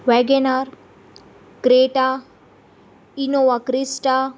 Wagon R Creta Innova Crysta